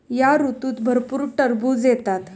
या ऋतूत भरपूर टरबूज येतात